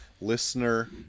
listener